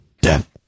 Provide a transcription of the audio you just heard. Death